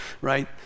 right